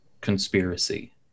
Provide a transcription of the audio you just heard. conspiracy